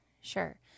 sure